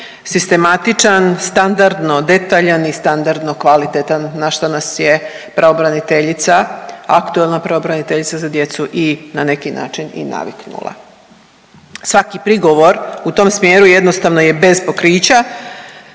sistematičan, standardno detaljan i standardno kvalitetan na šta nas je pravobraniteljica, aktuelna pravobraniteljica za djecu i na neki način i naviknula. Svaki prigovor u tom smjeru jednostavno je bez pokrića